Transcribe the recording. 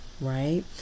right